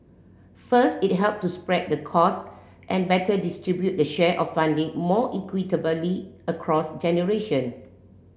first it helps to spread the cost and better distribute the share of funding more equitably across generation